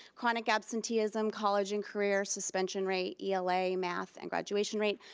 chronic absenteeism, college and career suspension rate, ela, math, and graduation rate,